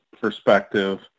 perspective